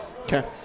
Okay